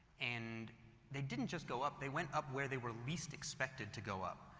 and they didn't just go up, they went up where they were least expected to go up.